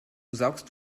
saugst